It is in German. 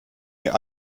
ihr